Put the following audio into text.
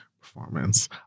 performance